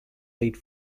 lead